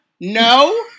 No